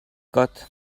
gott